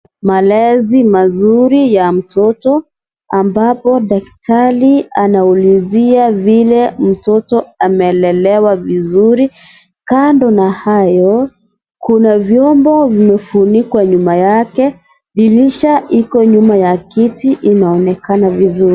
Malezi mazuri ya mtoto ambapo daktari anaulizia vile mtoto amelelewa vizuri. Kando na hayo kuna vyombo vimefunikwa nyuma yake. Dirisha iko nyuma ya kiti inaonekana vizuri.